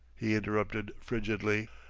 he interrupted frigidly.